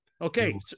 Okay